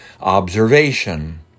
observation